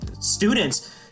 students